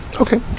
Okay